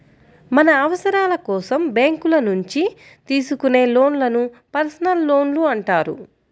మన అవసరాల కోసం బ్యేంకుల నుంచి తీసుకునే లోన్లను పర్సనల్ లోన్లు అంటారు